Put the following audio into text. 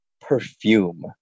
perfume